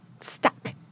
stuck